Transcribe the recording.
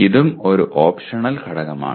ഇതും ഒരു ഓപ്ഷണൽ ഘടകമാണ്